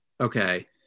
okay